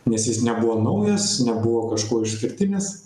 nes jis nebuvo naujas nebuvo kažkuo išskirtinis